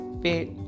fit